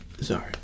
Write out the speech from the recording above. Sorry